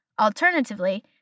Alternatively